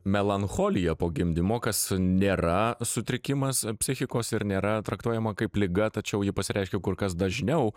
melancholija po gimdymo kas nėra sutrikimas psichikos ir nėra traktuojama kaip liga tačiau ji pasireiškia kur kas dažniau